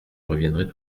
reviendrai